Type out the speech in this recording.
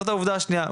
זו העובדה השנייה.